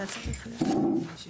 קצת,